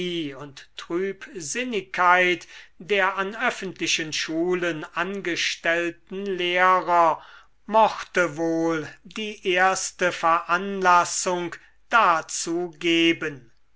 und trübsinnigkeit der an öffentlichen schulen angestellten lehrer mochte wohl die erste veranlassung